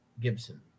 Gibson